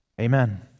Amen